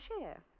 share